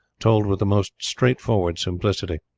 told with the most straight-forward simplicity.